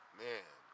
man